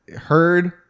heard